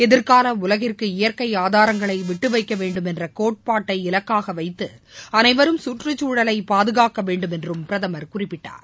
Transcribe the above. எதிர்கால உலகிற்கு இயற்கை ஆதாரங்களை விட்டுவைக்க வேண்டும் என்ற கோட்பாட்டை இலக்காக வைத்து அனைவரும் கற்றுக்குழலை பாதுகாக்க வேண்டும் என்றும் பிரதமர் குறிப்பிட்டார்